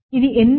ఇది ఎందుకు